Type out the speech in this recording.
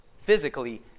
physically